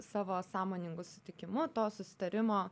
savo sąmoningu sutikimu to susitarimo